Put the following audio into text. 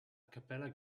capella